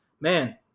man